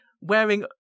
wearing